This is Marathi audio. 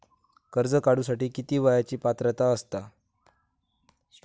कर्ज काढूसाठी किती वयाची पात्रता असता?